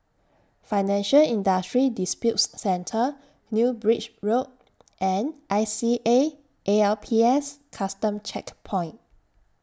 Financial Industry Disputes Center New Bridge Road and I C A A L P S Custom Checkpoint